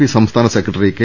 P സംസ്ഥാന secretary ക്കെ